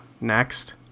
Next